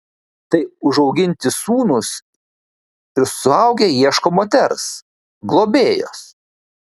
tai užauginti sūnūs ir suaugę ieško moters globėjos